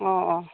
অঁ অঁ